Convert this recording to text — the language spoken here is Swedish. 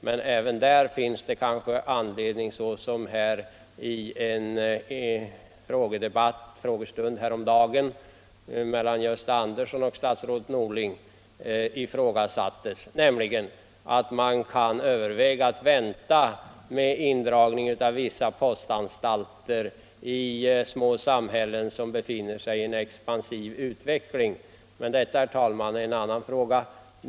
Men även där finns det kanske anledning — såsom det vid en frågedebatt häromdagen mellan Gösta Andersson i Nybro och statsrådet Norling ifrågasattes — att överväga att vänta med indragning av vissa postanstalter i små samhällen som befinner sig i en expansiv utveckling. Detta är emellertid en annan fråga.